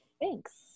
Thanks